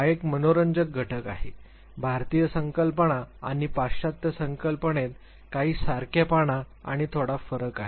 हा एक मनोरंजक घटक आहे भारतीय संकल्पना आणि पाश्चात्य संकल्पनेत काही सारखेपणा आणि थोडा फरक आहे